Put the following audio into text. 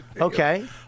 Okay